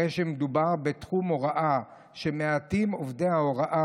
הרי שמדובר בתחום הוראה שמעטים עובדי ההוראה